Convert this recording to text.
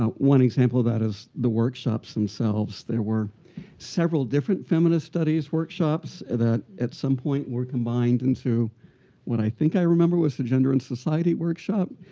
ah one example of that is the workshops themselves. there were several different feminist studies workshops that, at some point, were combined into what i think i remember was the gender in society workshop.